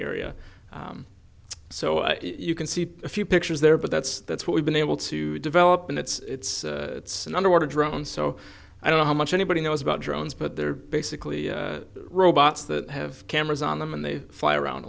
area so you can see a few pictures there but that's that's what we've been able to develop and it's it's an underwater drone so i don't know how much anybody knows about drones but they're basically robots that have cameras on them and they fly around